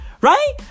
right